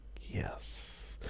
Yes